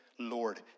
Lord